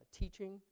teaching